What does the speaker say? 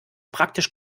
praktisch